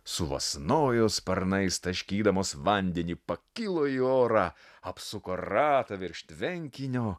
suvasnojo sparnais taškydamos vandenį pakilo į orą apsuko ratą virš tvenkinio